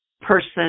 person